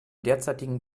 derzeitigen